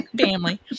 Family